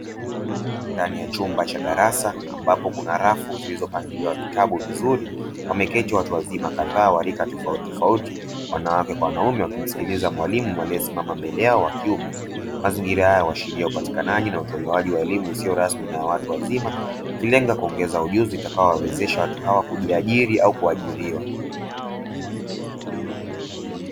Ndani ya chumba cha darasa ambapo kuna rafu zilizopangiliwa vitabu vizuri wameketi watu wazima kadhaa wa rika tofautitofauti wanawake kwa wanaume wakimsikiliza mwalimu aliyesimama mbele yao wa kiume. Mazingira haya huashiria upatikanaji na utolewaji wa elimu isiyo rasmi na ya watu wazima ikilenga kuongeza ujuzi utakaowawezesha watu hawa kujiajiri au kuajiriwa.